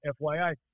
FYI